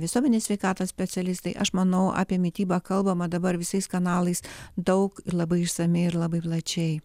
visuomenės sveikatos specialistai aš manau apie mitybą kalbama dabar visais kanalais daug ir labai išsamiai ir labai plačiai